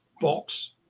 box